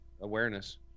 awareness